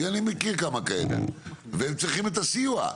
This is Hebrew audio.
אני מכיר כמה כאלה, והם צריכים את הסיוע.